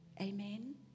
Amen